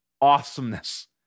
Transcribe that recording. awesomeness